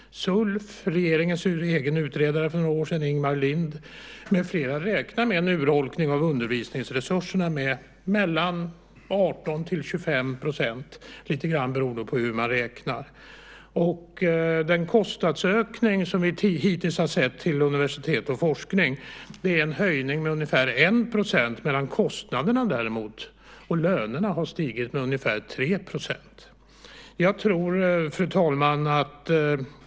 Sulf, regeringens egen utredare för några år sedan, Ingemar Lind, med flera räknar med en urholkning av undervisningsresurserna med 18-25 %, lite beroende på hur man räknar. Den kostnadsökning som vi hittills har sett till universitet och forskning är ungefär 1 % medan kostnaderna och lönerna har stigit ungefär 3 %. Fru talman!